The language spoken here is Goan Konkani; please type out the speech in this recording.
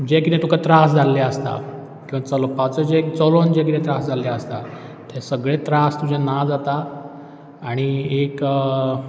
जे कितें तुका त्रास जाल्ले आसता किंवा चलपाचो जें चलोन जे कितें त्रास जाल्ले आसता ते सगळे त्रास तुजे ना जाता आनी एक